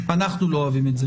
אנחנו לא אוהבים את זה